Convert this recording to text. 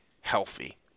healthy